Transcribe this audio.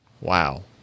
Wow